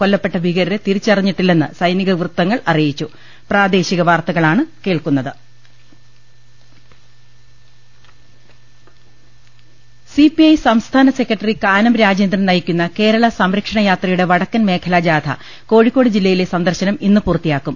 കൊല്ലപ്പെട്ട ഭീകരരെ തിരിച്ചറിഞ്ഞിട്ടില്ലെന്ന് സൈനിക വൃത്തങ്ങൾ അറിയി ച്ചും സിപിഐ സംസ്ഥാന സെക്രട്ടറി കാനം രാജേന്ദ്രൻ നയിക്കുന്ന കേരള സംരക്ഷണ യാത്രയുടെ വടക്കൻ മേഖലാജാഥ കോഴി ക്കോട് ജില്ലയിലെ സന്ദർശനം ഇന്ന് പൂർത്തിയാക്കും